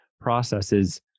processes